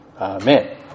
Amen